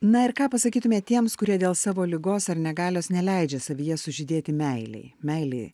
na ir ką pasakytumėt tiems kurie dėl savo ligos ar negalios neleidžia savyje sužydėti meilei meilei